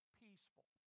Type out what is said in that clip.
peaceful